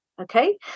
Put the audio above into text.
Okay